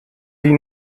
die